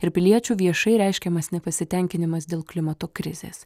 ir piliečių viešai reiškiamas nepasitenkinimas dėl klimato krizės